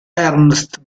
ernst